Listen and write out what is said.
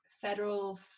federal